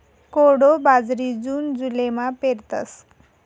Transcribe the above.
कोडो बाजरी जून जुलैमा पेरतस